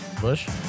bush